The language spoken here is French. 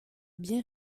bien